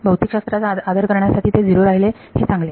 भौतिकशास्त्राचा आदर करण्यासाठी ते 0 राहिले हे चांगले